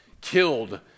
killed